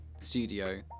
studio